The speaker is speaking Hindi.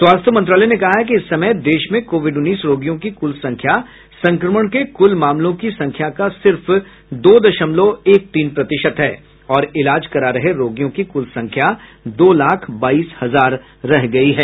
स्वास्थ्य मंत्रालय ने कहा है कि इस समय देश में कोविड उन्नीस रोगियों की कुल संख्या संक्रमण के कुल मामलों की संख्या का सिर्फ दो दशमलव एक तीन प्रतिशत है और इलाज करा रहे रोगियों की कुल संख्या दो लाख बाईस हजार रह गई है